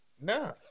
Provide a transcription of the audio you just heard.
Nah